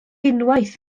unwaith